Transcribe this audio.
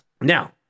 now